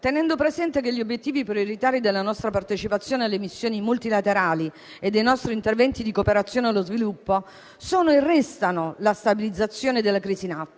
tenendo presente che gli obiettivi prioritari della nostra partecipazione alle missioni multilaterali e dei nostri interventi di cooperazione allo sviluppo sono e restano la stabilizzazione della crisi in atto,